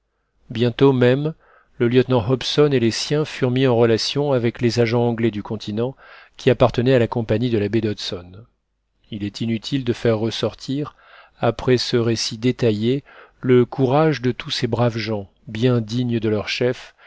bientôt même le lieutenant hobson et les siens furent mis en relation avec les agents anglais du continent qui appartenaient à la compagnie de la baie d'hudson il est inutile de faire ressortir après ce récit détaillé le courage de tous ces braves gens bien dignes de leur chef